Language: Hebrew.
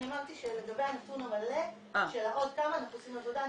אני אמרתי שלגבי הנתון המלא של העוד כמה אנחנו עושים עבודה,